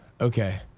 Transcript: Okay